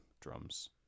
drums